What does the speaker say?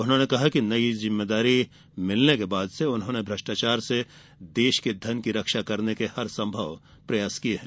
उन्होंने कहा कि नई जिम्मेदारी मिलने के बाद से उन्होंने भ्रष्ट्राचार से देश के धन की रक्षा करने के हर संभव प्रयास किये हैं